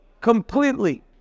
completely